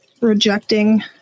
rejecting